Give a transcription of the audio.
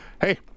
hey